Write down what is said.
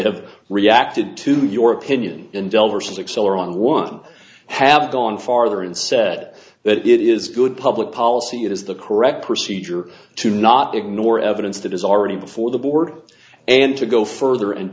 have reacted to the your opinion and excel or on one have gone farther and said that it is good public policy it is the correct procedure to not ignore evidence that is already before the board and to go further and